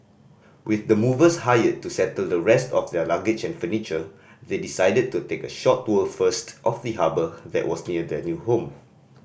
with the movers hired to settle the rest of their luggage and furniture they decided to take a short tour first of the harbour that was near their new home